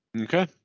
Okay